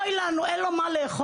אוי לנו אין לו מה לאכול.